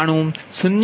2206 0